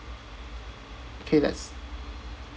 okay let's